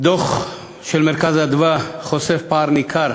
דוח של "מרכז אדוה" חושף פער ניכר